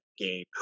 game